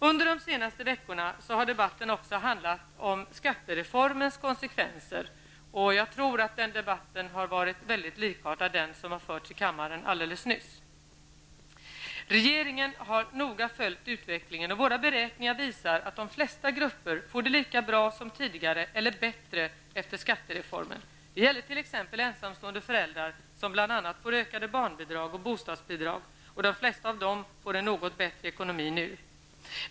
Under de senaste veckorna har debatten också handlat om skattereformens konsekvenser. Jag tror att den debatten har varit mycket likartad den som har förts i kammaren alldeles nyss. Regeringen har noga följt utvecklingen, och våra beräkningar visar att de flesta grupper får det lika bra som tidigare eller bättre efter skattereformen. Det gäller t.ex. ensamstående föräldrar, som bl.a. får ökade barnbidrag och bostadsbidrag. De flesta av dem får en något bättre ekonomi nu.